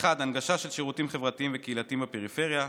הנגשה של שירותים חברתיים וקהילתיים בפריפריה,